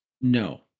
no